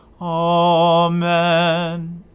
Amen